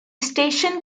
station